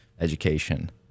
education